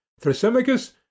Thrasymachus